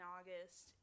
August